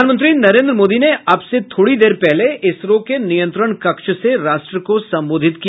प्रधानमंत्री नरेन्द्र मोदी ने अब से थोड़ी देर पहले इसरो के नियंत्रण कक्ष से राष्ट्र को संबोधित किया